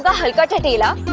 but halkat hatela.